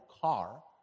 car